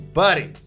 buddy